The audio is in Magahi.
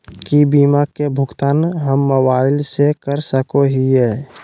की बीमा के भुगतान हम मोबाइल से कर सको हियै?